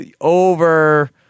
over